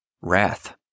wrath